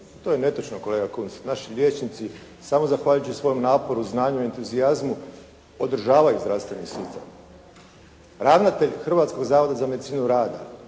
To je netočno kolega Kunst. Naši liječnici samo zahvaljujući svom naporu, znanju i entuzijazmu održavaju zdravstveni sustav. Ravnatelj Hrvatskog zavoda za medicinu radu,